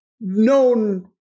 known